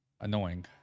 annoying